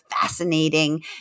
fascinating